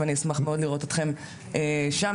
ואשמח לראות אתכם שם,